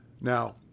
Now